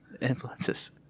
influences